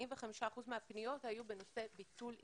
45 אחוזים מהפניות היו בנושא ביטול עסקה.